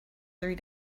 three